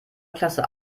klasse